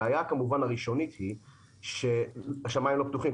הבעיה הראשונית היא שהשמיים לא פתוחים,